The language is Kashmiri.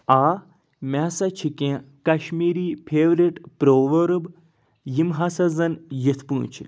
آ مےٚ ہسا چھِ کینٛہہ کشمیٖری فیورِٹ پرٛوؤرٕب یِم ہَسا زَن یِتھ پٲٹھۍ چھِ